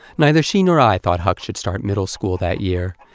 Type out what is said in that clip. neither she nor i thought huck should start middle school that year.